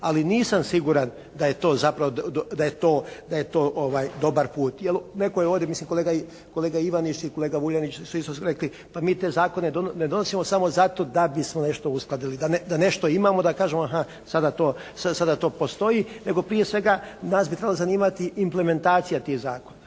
Ali nisam siguran da je to zapravo, da je to dobar put. Jer netko je ovdje, mislim kolega Ivaniš i kolega Vuljanić isto su rekli pa mi te zakone ne donosimo samo zato da bismo nešto uskladili, da nešto imamo i da kažemo sada to postoji nego prije svega nas bi trebalo zanimati implementacija tih zakona,